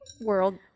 world